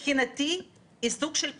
מבחינתי היא סוג של פתרון.